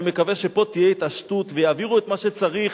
ואני מקווה שפה תהיה התעשתות ויעבירו את מה שצריך,